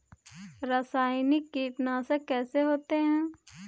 रासायनिक कीटनाशक कैसे होते हैं?